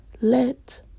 Let